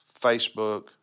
Facebook